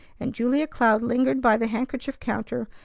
and julia cloud lingered by the handkerchief-counter,